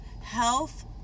health